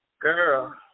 Girl